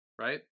right